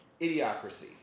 Idiocracy